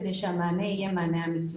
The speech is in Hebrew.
כדי שהמענה יהיה מענה אמיתי.